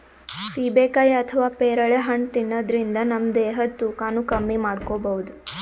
ಸೀಬೆಕಾಯಿ ಅಥವಾ ಪೇರಳೆ ಹಣ್ಣ್ ತಿನ್ನದ್ರಿನ್ದ ನಮ್ ದೇಹದ್ದ್ ತೂಕಾನು ಕಮ್ಮಿ ಮಾಡ್ಕೊಬಹುದ್